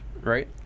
right